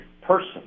person